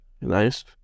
Nice